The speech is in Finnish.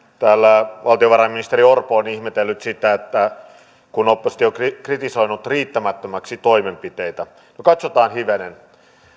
täällä valtiovarainministeri orpo on ihmetellyt sitä kun oppositio on kritisoinut riittämättömiksi toimenpiteitä no katsotaan hivenen